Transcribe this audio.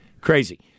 Crazy